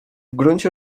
gruncie